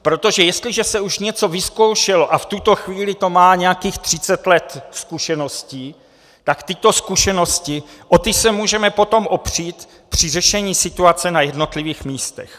Protože jestliže se už něco vyzkoušelo a v tuto chvíli to má nějakých třicet let zkušeností, tak o tyto zkušenosti se můžeme potom opřít při řešení situace na jednotlivých místech.